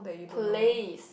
place